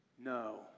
No